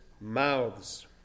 mouths